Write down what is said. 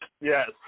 Yes